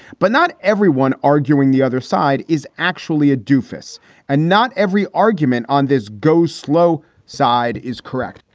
but not everyone arguing the other side is actually a doofus and not every argument on this go-slow side is correct.